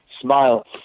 smile